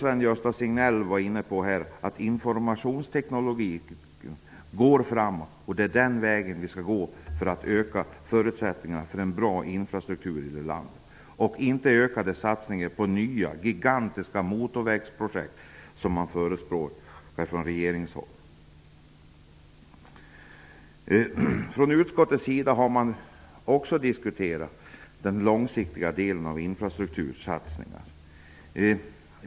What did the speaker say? Sven-Gösta Signell sade att informationsteknologin går framåt. Det är den vägen vi skall gå när det gäller att skapa bättre förutsättningar för en god infrastruktur i vårt land. Vi skall inte välja ökade satsningar på nya gigantiska motorvägsprojekt, vilket förespråkas från regeringshåll. Utskottet har också diskuterat långsiktigheten i infrastruktursatsningarna.